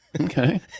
Okay